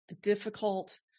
difficult